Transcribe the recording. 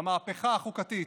במהפכה החוקתית,